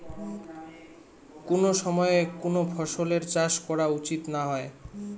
কুন সময়ে কুন ফসলের চাষ করা উচিৎ না হয়?